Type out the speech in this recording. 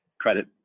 credit